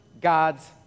God's